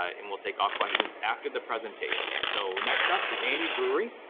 ah and we'll take all questions after the presentation. so next up is andy drury.